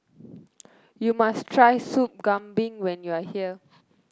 you must try Soup Kambing when you are here